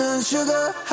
Sugar